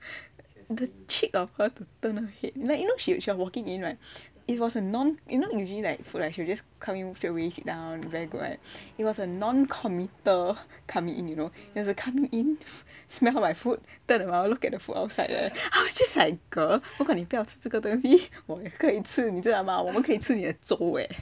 the cheek of her to turn her head like you know she was walking in right it was a non you know usually like food like she will just come in sit down very good right it was a non-committal coming in you know there's a coming in smell my food turn around look at the food outside I was just like girl 如果你不要吃这个东西我们可以吃你知道吗我们可以吃你的粥 eh